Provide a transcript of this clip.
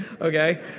Okay